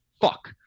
fuck